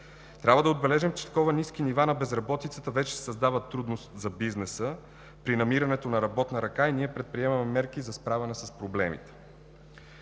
Трябва да отбележим, че толкова ниски нива на безработицата вече създават трудност за бизнеса при намирането на работна ръка и ние предприемаме мерки за справяне с проблемите.